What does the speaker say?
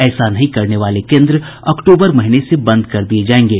ऐसा नहीं करने वाले केंद्र अक्टूबर महीने से बंद कर दिये जायेंगे